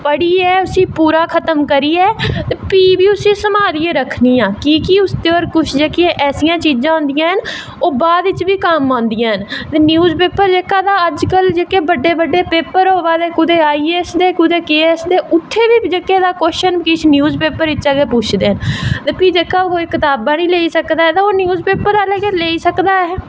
पढ़ियै उसी पूरा खत्म करियै फ्ही बी उसी संभालियै रक्खनी आं कि के उस पर कुश ऐसियां चीजां होंदियां न ओह् बाद च बी कम्म औंदियां न ते न्यूज पेपर जअज्ज कल जेह्के बड्डे बड्डे पेपर होआ दे कुदै आई ए ऐस दे कुदै के ए ऐस दे उत्थें बी किश कव्शन न्यूज पेपर चा गै पुछदे न ते ते जेह्ड़ा कताबां नी लेई सकदा ऐ ओह् न्यूज पेपर लेई सकदा ऐ